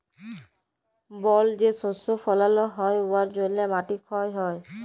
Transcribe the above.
বল যে শস্য ফলাল হ্যয় উয়ার জ্যনহে মাটি ক্ষয় হ্যয়